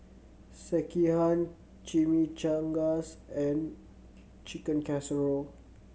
Sekihan Chimichangas and Chicken Casserole